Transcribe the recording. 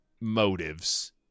motives